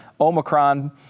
Omicron